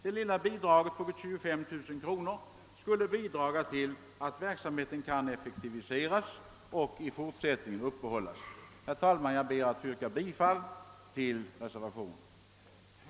Det lilla anslaget på 25 000 kronor skulle bidra till att verksamheten kunde effektiviseras och i fortsättningen uppehållas. Jag ber att få yrka bifall till reservationen 1.